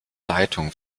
leitung